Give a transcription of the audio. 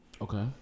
Okay